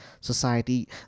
society